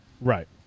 Right